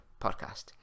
podcast